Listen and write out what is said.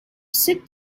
sit